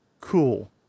cool